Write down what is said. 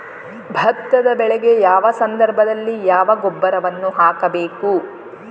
ಭತ್ತದ ಬೆಳೆಗೆ ಯಾವ ಸಂದರ್ಭದಲ್ಲಿ ಯಾವ ಗೊಬ್ಬರವನ್ನು ಹಾಕಬೇಕು?